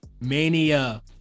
Mania